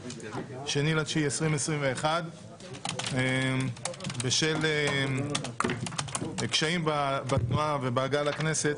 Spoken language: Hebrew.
2 בספטמבר 2021. בשל קשיים בתנועה ובהגעה לכנסת,